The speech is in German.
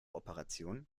operation